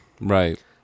right